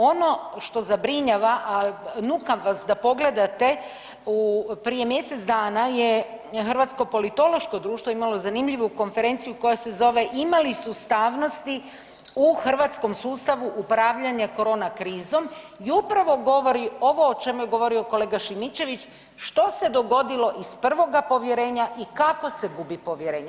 Ono što zabrinjava a nukam vas da pogledate prije mjesec dana je Hrvatsko politološko društvo imalo zanimljivu konferenciju koja se zove „Ima li sustavnosti u hrvatskom sustavu upravljanja korona krizom“ i upravo govori ovo o čemu je govorio kolega Šimičević što se dogodilo iz prvoga povjerenja i kako se gubi povjerenje.